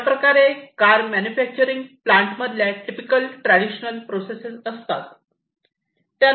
याप्रकारे car manufacturing plant मधल्या typical traditional process असतात